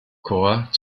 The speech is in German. korps